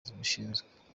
zibishinzwe